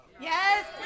Yes